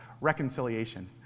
reconciliation